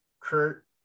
Kurt